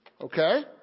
Okay